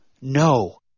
no